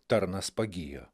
tarnas pagijo